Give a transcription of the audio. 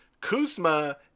Kuzma